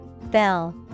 Bell